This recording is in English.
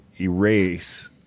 erase